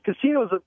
casinos